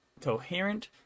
coherent